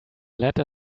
letter